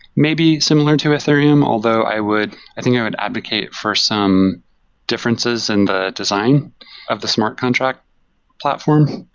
maybe similar to ethereum, although i would i think i would advocate for some differences in the design of the smart contract platform,